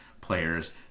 players